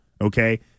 Okay